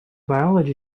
biology